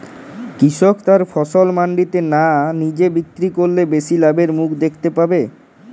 কৃষক তার ফসল মান্ডিতে না নিজে বিক্রি করলে বেশি লাভের মুখ দেখতে পাবে?